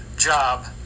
job